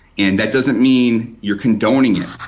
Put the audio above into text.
and that doesn't mean you're condoning it,